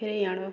ଫେରେଇ ଆଣ